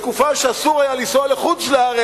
בתקופה שאסור היה לנסוע לחוץ-לארץ,